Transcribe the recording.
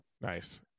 nice